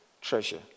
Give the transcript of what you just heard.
treasure